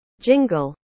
Jingle